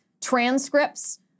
transcripts